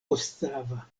ostrava